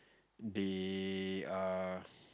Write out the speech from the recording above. they are